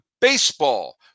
BASEBALL